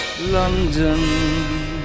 London